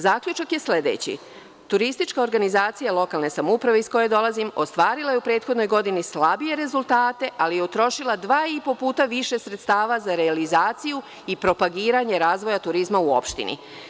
Zaključak je sledeći, Turistička organizacija lokalne samouprave iz koje dolazim, ostvarila je u prethodnoj godini slabije rezultate, ali je utrošila dva i po puta više sredstava za organizaciju i propagiranje razvoja turizma u opštini.